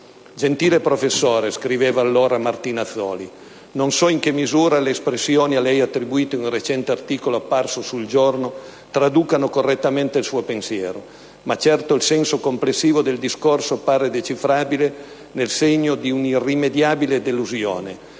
«Gentile professore» - scriveva allora Martinazzoli - «non so in che misura le espressioni a lei attribuite in un recente articolo apparso su "Il Giorno" traducano correttamente il suo pensiero. Ma certo, il senso complessivo del discorso appare decifrabile nel segno di un'irrimediabile delusione,